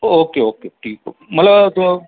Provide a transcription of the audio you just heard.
okay okay ठीक मला तर